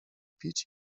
pić